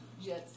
Yes